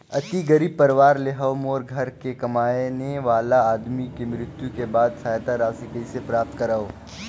अति गरीब परवार ले हवं मोर घर के कमाने वाला आदमी के मृत्यु के बाद सहायता राशि कइसे प्राप्त करव?